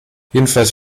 jedenfalls